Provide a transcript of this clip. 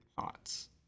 thoughts